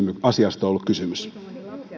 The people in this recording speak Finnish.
asiasta on ollut kysymys